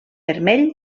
vermell